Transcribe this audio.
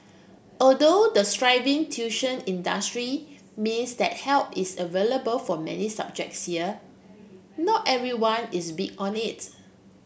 although the thriving tuition industry means that help is available for many subjects here not everyone is big on it